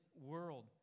world